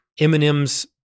Eminem's